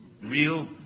real